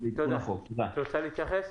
את רוצה להתייחס?